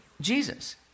Jesus